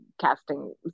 casting